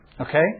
Okay